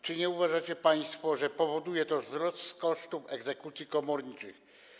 Czy nie uważacie państwo, że spowoduje to wzrost kosztów egzekucji komorniczych?